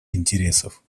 интересов